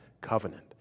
covenant